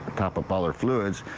top up ah fluids.